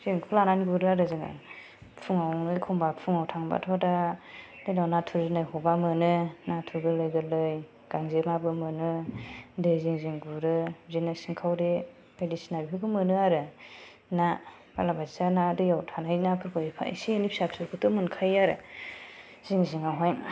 बेफोरखौ लानानै गुरो आरो जोङो फुंआव एखमब्ला फुंयाव थांब्लाथ दा नाथुर जुनाय हबा मोनो नाथुर गोरलै गोरलै गांजेमाबो मोनो दै जिं जिं गुरो बिदिनो सिंखावरि बायदिसिना बेफोरखौ मोनो आरो ना बालाबाथिया ना दैयाव थानाय नाफोरखौ फिसा फिसौ फोरखौथ एफायै मोनखायो आरो जिं जिङाव हाय